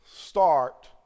start